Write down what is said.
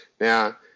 Now